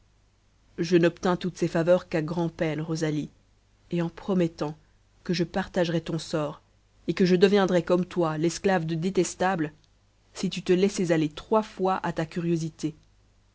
je n'obtins toutes ces faveurs qu'à grand'peine rosalie et en promettant que je partagerais ton sort et que je deviendrais comme toi l'esclave de détestable si tu te laissais aller trois fois à ta curiosité